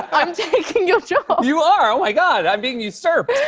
i'm taking your job. you are! oh, my god. i'm being usurped.